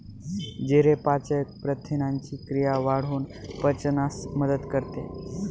जिरे पाचक प्रथिनांची क्रिया वाढवून पचनास मदत करते